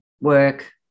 work